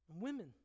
Women